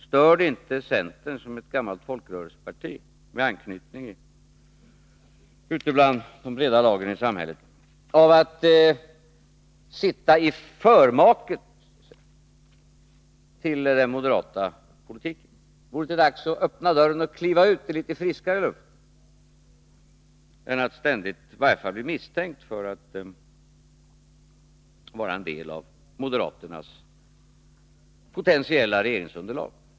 Stör det inte centern såsom ett gammalt folkrörelseparti med anknytning till de breda lagren i samhället att sitta i förmaket till den moderata politiken? Vore det inte dags att öppna dörren och kliva ut i litet friskare luft i stället för att ständigt bli misstänkt för att vara en del av moderaternas potentiella regeringsunderlag?